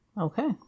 Okay